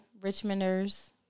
Richmonders